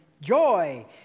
Joy